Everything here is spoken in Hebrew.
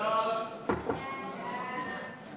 שם החוק נתקבל.